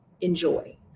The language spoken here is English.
enjoy